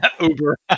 Uber